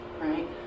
right